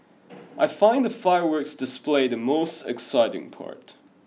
I find the fireworks display the most exciting part